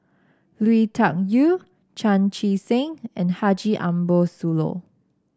Lui Tuck Yew Chan Chee Seng and Haji Ambo Sooloh